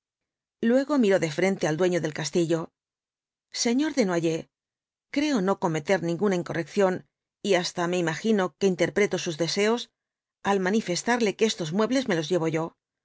luego miró de frente al dueño del castillo señor desnoyers creo no cometer ninguna incorrección y hasta me imagino que interpreto sus deseos al manifestarle que estos muebles me los llevo yo